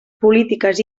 polítiques